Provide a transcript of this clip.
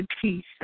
peace